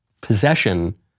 Possession